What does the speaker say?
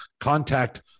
contact